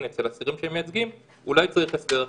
אצל האסירים שהם מייצגים אולי צריך הסדר אחר.